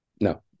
no